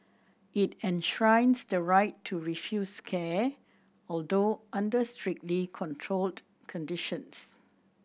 it enshrines the right to refuse care although under strictly controlled conditions